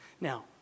Now